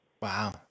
Wow